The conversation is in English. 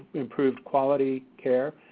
improved quality care,